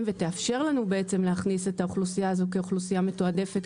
ותאפשר לנו להכניס את האוכלוסייה הזו כאוכלוסייה מתועדפת,